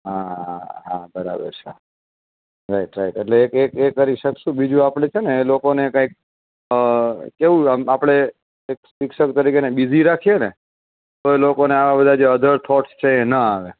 હા હા બરાબર છે રાઈટ રાઈટ એટલે એ એ કરી શકશું બીજું આપડે છે ને એ લોકો ને કાઈક એવું આપડે શિક્ષક તરીકે બીઝી રાખીએ ને તો એ લોકોને આવા બધા અધર થોટસ છે એ ના આવે